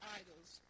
idols